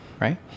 right